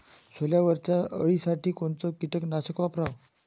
सोल्यावरच्या अळीसाठी कोनतं कीटकनाशक वापराव?